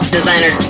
Designer